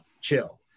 chill